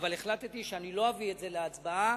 אבל החלטתי שאני לא אביא את זה להצבעה